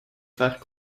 faire